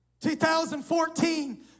2014